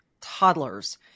toddlers